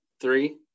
three